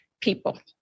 people